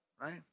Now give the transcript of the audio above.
right